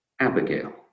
Abigail